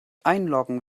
einloggen